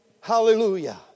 Hallelujah